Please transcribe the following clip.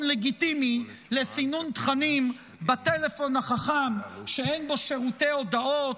לגיטימי לסינון תכנים בטלפון החכם שאין בו שירותי הודעות,